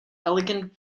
elegant